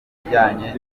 ibijyanye